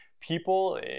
people